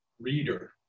reader